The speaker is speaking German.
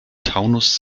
taunus